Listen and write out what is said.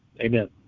Amen